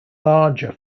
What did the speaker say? larger